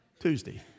Tuesday